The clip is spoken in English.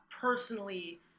personally